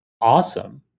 awesome